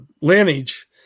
lineage